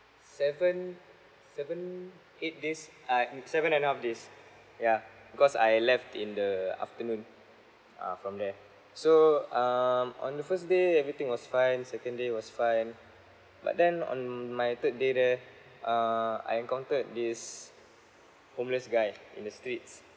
seven seven eight days ah in seven and a half days yeah because I left in the afternoon ah from there so um on the first day everything was fine second day was fine but then on my third day there uh I encountered this homeless guy in the streets